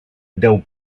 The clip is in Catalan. deu